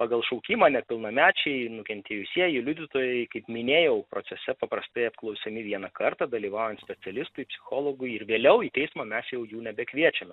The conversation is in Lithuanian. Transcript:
pagal šaukimą nepilnamečiai nukentėjusieji liudytojai kaip minėjau procese paprastai apklausiami vieną kartą dalyvaujant specialistui psichologui vėliau į teismą mes jau jų nebekviečiame